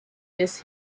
this